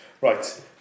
right